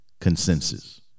consensus